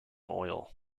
oil